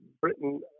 Britain